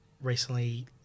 recently